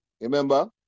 remember